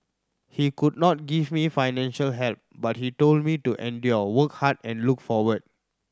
he could not give me financial help but he told me to endure work hard and look forward